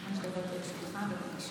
חמש דקות לרשותך, בבקשה.